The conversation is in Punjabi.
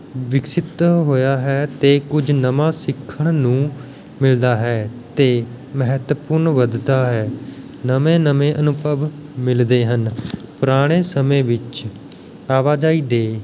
ਵਿਕਸਿਤ ਹੋਇਆ ਹੈ ਅਤੇ ਕੁੱਝ ਨਵਾਂ ਸਿੱਖਣ ਨੂੰ ਮਿਲਦਾ ਹੈ ਅਤੇ ਮਹੱਤਵਪੂਰਨ ਵੱਧਦਾ ਹੈ ਨਵੇਂ ਨਵੇਂ ਅਨੁਭਵ ਮਿਲਦੇ ਹਨ ਪੁਰਾਣੇ ਸਮੇਂ ਵਿੱਚ ਆਵਾਜਾਈ ਦੇ